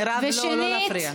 מירב, לא להפריע.